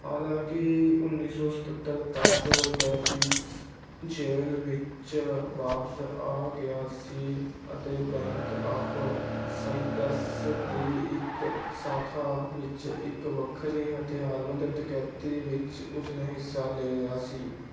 ਹਾਲਾਂਕਿ ਉੱਨੀ ਸੌ ਸਤੱਤਰ ਤੱਕ ਡੈਪੀਸ ਜੇਲ੍ਹ ਵਿੱਚ ਵਾਪਸ ਆ ਗਿਆ ਸੀ ਅਤੇ ਬੈਂਕ ਆਫ਼ ਸਾਈਪ੍ਰੈੱਸ ਦੀ ਇੱਕ ਸ਼ਾਖਾ ਵਿੱਚ ਇੱਕ ਵੱਖਰੀ ਹਥਿਆਰਬੰਦ ਡਕੈਤੀ ਵਿੱਚ ਉਸਨੇ ਹਿੱਸਾ ਲਿਆ ਸੀ